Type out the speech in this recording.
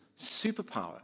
superpower